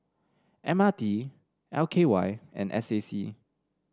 M R T L K Y and S A C